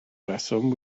reswm